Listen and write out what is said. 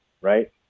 right